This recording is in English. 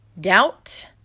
doubt